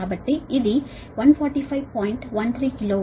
కాబట్టి ఇది 145